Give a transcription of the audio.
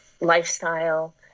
lifestyle